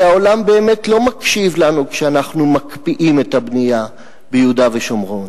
כי העולם באמת לא מקשיב לנו כשאנחנו מקפיאים את הבנייה ביהודה ושומרון,